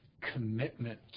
commitment